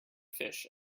fish